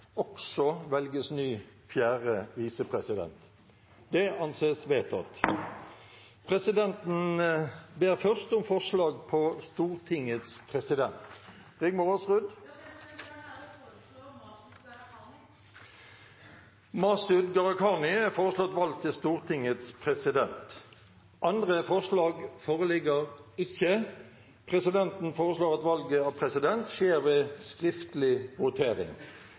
også velges ny fjerde visepresident. – Det anses vedtatt. Presidenten ber først om forslag på Stortingets president . Jeg har den ære å foreslå Masud Gharahkhani . Masud Gharahkhani er foreslått valgt til Stortingets president. – Andre forslag foreligger ikke. Presidenten foreslår at valget av president skjer ved skriftlig